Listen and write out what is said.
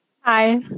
Hi